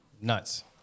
nuts